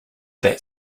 that